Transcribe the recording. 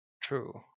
True